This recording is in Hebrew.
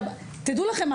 תדעו לכם,